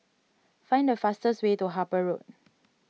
find the fastest way to Harper Road